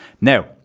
Now